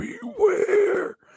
beware